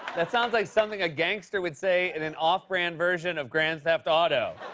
that sounds like something a gangster would say in an off-brand version of grand theft auto.